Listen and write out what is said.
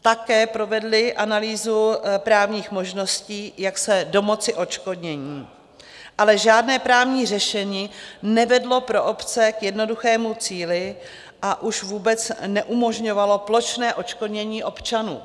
Také provedli analýzu právních možností, jak se domoci odškodnění, ale žádné právní řešení nevedlo pro obce k jednoduchému cíli, a už vůbec neumožňovalo plošné odškodnění občanů.